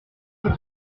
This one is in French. cité